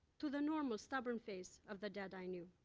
to the normal stubborn face of the dad i knew.